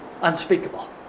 unspeakable